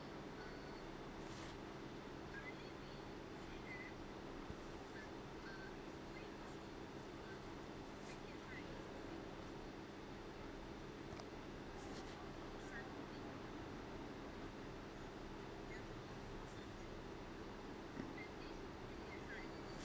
mm